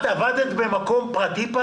את עבדת פעם במקום פרטי?